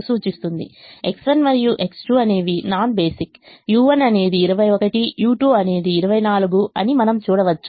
X1 మరియు X2 అనేవి non basic u1 అనేది 21 u2 అనేది 24 అని మనం చూడవచ్చు